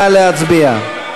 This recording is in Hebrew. נא להצביע.